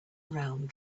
around